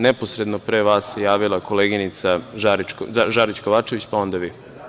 Neposredno pre vas se javila koleginica Žarić Kovačević, pa onda vi.